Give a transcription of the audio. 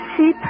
See